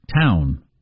town